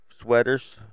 sweaters